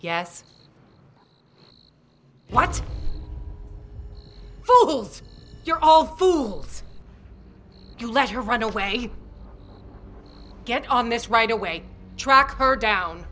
yes what fulls you're all fools you let her run away get on this right away track her down